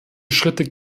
schritte